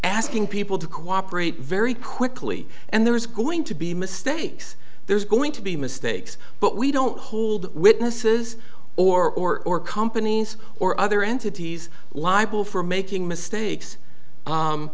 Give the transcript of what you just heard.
asking people to cooperate very quickly and there's going to be mistakes there's going to be mistakes but we don't hold witnesses or or or companies or other entities liable for making mistakes